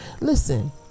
listen